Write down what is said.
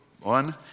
one